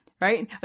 Right